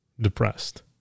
depressed